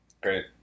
Great